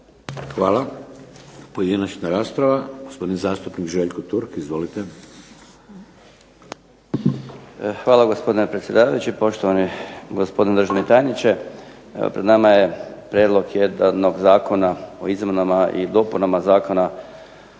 Hvala. Pojedinačna rasprava. Gospodin zastupnik Željko Turk, izvolite. **Turk, Željko (HDZ)** Hvala, gospodine predsjedavajući. Poštovani gospodine državni tajniče. Pred nama je prijedlog jednog Zakona o izmjenama i dopunama Zakona